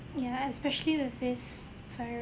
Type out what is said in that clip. ya especially that says virus